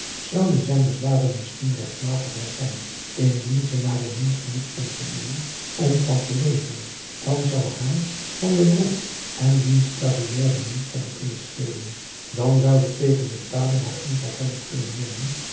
zouden zijn bezwaren misschien rechtmatiger zijn indien ze maar ineens genoeg kon verdienen om van te leven dan zou haar van den broek en diens carrière niets hebben kunnen schelen dan zou ze tegen betaling haar intrek hebben kunnen nemen